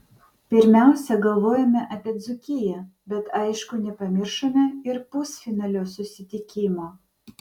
pirmiausia galvojome apie dzūkiją bet aišku nepamiršome ir pusfinalio susitikimo